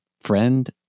friend